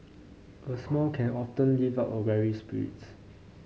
a smile can often lift a weary spirits